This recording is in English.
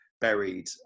buried